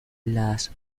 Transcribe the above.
las